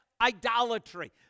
idolatry